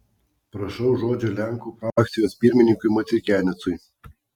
prašau žodžio lenkų frakcijos pirmininkui maceikianecui